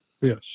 yes